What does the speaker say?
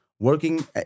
Working